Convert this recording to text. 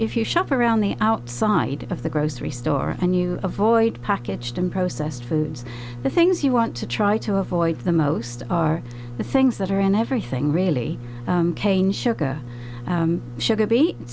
if you shop around the outside of the grocery store and you avoid packaged and processed foods the things you want to try to avoid the most are the things that are and everything really cane sugar sugar be